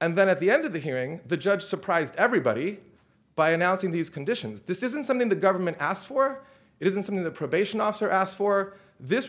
and then at the end of the hearing the judge surprised everybody by announcing these conditions this isn't something the government asked for isn't something the probation officer asked for this